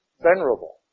venerable